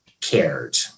cared